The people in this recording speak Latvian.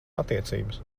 attiecības